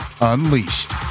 Unleashed